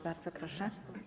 Bardzo proszę.